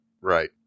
Right